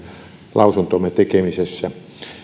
lausuntomme tekemisessä